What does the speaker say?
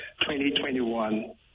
2021